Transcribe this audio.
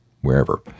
wherever